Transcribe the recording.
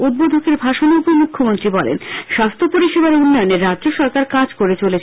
উদ্বোধকের ভাষণে উপমুখ্যমন্ত্রী বলেন স্বাস্থ্য পরিষেবার উন্নয়নে রাজ্য সরকার কাজ করে চলেছে